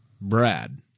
Brad